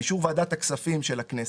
באישור ועדת הכספים של הכנסת,